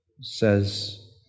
says